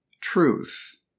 truth